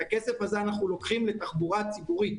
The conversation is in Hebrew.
את הכסף הזה אנחנו לוקחים לתחבורה ציבורית,